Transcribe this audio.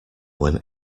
when